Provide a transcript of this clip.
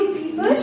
people